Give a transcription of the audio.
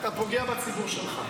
אתה פוגע בציבור שלך.